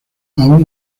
aún